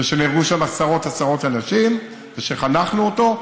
ונהרגו שם עשרות עשרות אנשים, וחנכנו אותו?